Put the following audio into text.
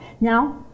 Now